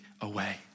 away